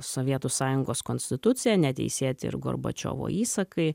sovietų sąjungos konstitucija neteisėti ir gorbačiovo įsakai